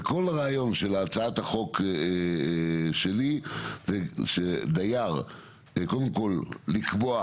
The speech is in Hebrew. כל הרעיון של הצעת החוק שלי הוא קודם כל לקבוע